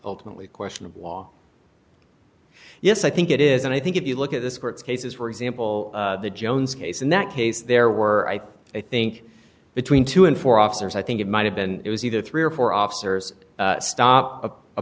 ultimately question of law yes i think it is and i think if you look at this court cases for example the jones case and that case there were i think between two and four officers i think it might have been it was either three or four officers stop